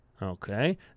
Okay